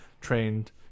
trained